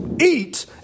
eat